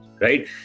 right